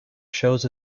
shows